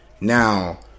Now